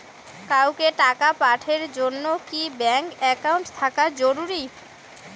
কাউকে টাকা পাঠের জন্যে কি ব্যাংক একাউন্ট থাকা জরুরি?